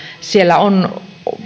siellä on